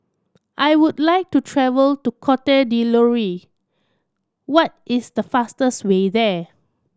I would like to travel to Cote D'Ivoire what is the fastest way there